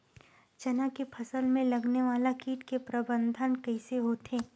चना के फसल में लगने वाला कीट के प्रबंधन कइसे होथे?